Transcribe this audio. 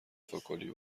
فکلی